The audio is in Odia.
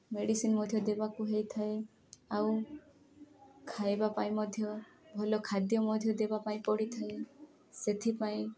ମେଡ଼ିସିନ୍ ମଧ୍ୟ ଦେବାକୁ ହୋଇଥାଏ ଆଉ ଖାଇବା ପାଇଁ ମଧ୍ୟ ଭଲ ଖାଦ୍ୟ ମଧ୍ୟ ଦେବା ପାଇଁ ପଡ଼ିଥାଏ ସେଥିପାଇଁ